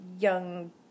young